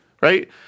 right